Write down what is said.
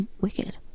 wicked